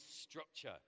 structure